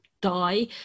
die